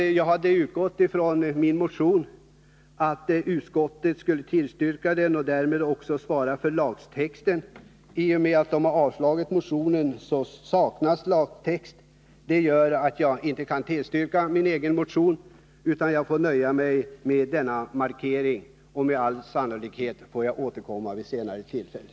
Jag hade utgått från att min motion skulle tillstyrkas av utskottet och att utskottet därmed också skulle svara för lagtexten. I och med att utskottet har avstyrkt motionen saknas lagtext, och det gör att jag inte kan yrka bifall till motionen utan jag får nöja mig med denna markering. Med all sannolikhet får jag anledning att återkomma vid senare tillfälle.